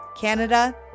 Canada